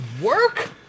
work